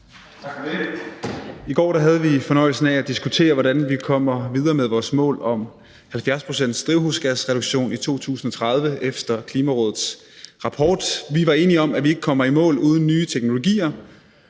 I går havde vi fornøjelsen af at diskutere, hvordan vi kommer videre efter Klimarådets rapport med vores mål om 70 pct.'s drivhusgasreduktion i 2030. Vi var enige om, at vi ikke kommer i mål uden nye teknologier.